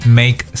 make